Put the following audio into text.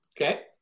Okay